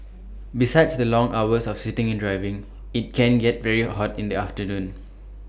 besides the long hours of sitting and driving IT can get very hot in the afternoon